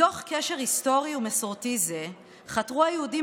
מתוך קשר היסטורי ומסורתי זה חתרו היהודים